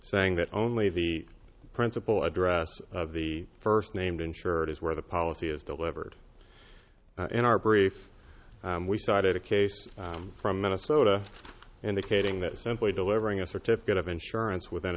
saying that only the principal address of the first named insured is where the policy is delivered in our brief we cited a case from minnesota indicating that simply delivering a certificate of insurance within